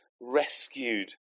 rescued